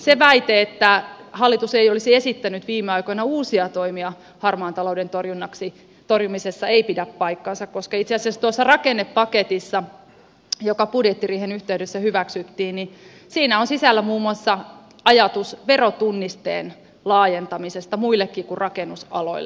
se väite että hallitus ei olisi esittänyt viime aikoina uusia toimia harmaan talouden torjumisessa ei pidä paikkaansa koska itse asiassa tuossa rakennepaketissa joka budjettiriihen yhteydessä hyväksyttiin on sisällä muun muassa ajatus verotunnisteen laajentamisesta muillekin kuin rakennusaloille